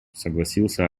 согласился